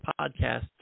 podcast